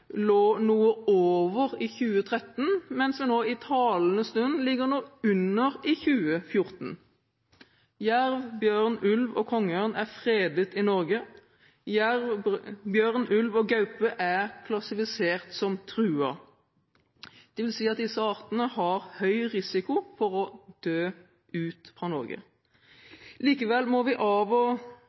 lå noe over bestandsmålet i 2013, mens den nå, i talende stund, i 2014, ligger noe under. Jerv, bjørn, ulv og kongeørn er fredet i Norge. Jerv, bjørn, ulv og gaupe er klassifisert som truet, dvs. at disse artene har høy risiko for å dø ut i Norge. Likevel må vi av og